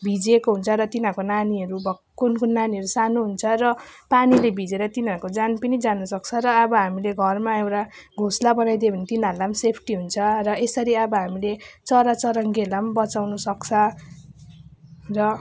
भिजेको हुन्छ र तिनीहरूको नानीहरू भएको कुन कुन नानीहरू सानो हुन्छ र पानीले भिजेर तिनीहरूको ज्यान पनि जानसक्छ र अब हामीले घरमा एउटा घोसला बनाइदियो भने तिनीहरूलाई पनि सेफ्टी हुन्छ र यसरी अब हामीले चरा चुरूङ्गीहरूलाई पनि बचाउनुसक्छ र